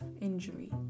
injury